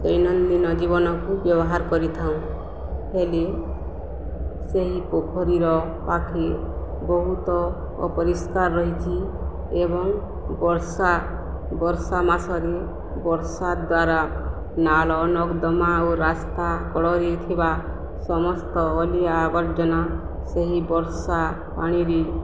ଦୈନନ୍ଦିନ ଜୀବନକୁ ବ୍ୟବହାର କରିଥାଉ ହେଲେ ସେହି ପୋଖରୀର ପାଖି ବହୁତ ଅପରିଷ୍କାର ରହିଛି ଏବଂ ବର୍ଷା ବର୍ଷା ମାସରେ ବର୍ଷା ଦ୍ୱାରା ନାଳ ନର୍ଦ୍ଦମା ଓ ରାସ୍ତା କଡ଼ରେ ଥିବା ସମସ୍ତ ଅଲିଆ ଆବର୍ଜନା ସେହି ବର୍ଷା ପାଣିରେ